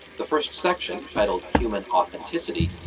the first section, titled human authenticity,